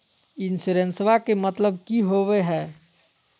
इंसोरेंसेबा के मतलब की होवे है?